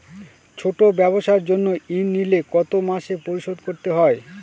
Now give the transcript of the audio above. ছোট ব্যবসার জন্য ঋণ নিলে কত মাসে পরিশোধ করতে হয়?